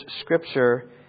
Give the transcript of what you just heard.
Scripture